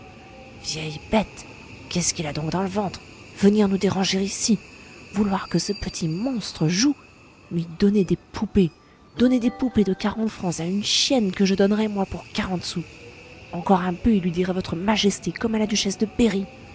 vieille bête qu'est-ce qu'il a donc dans le ventre venir nous déranger ici vouloir que ce petit monstre joue lui donner des poupées donner des poupées de quarante francs à une chienne que je donnerais moi pour quarante sous encore un peu il lui dirait votre majesté comme à la duchesse de